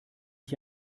ich